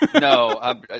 no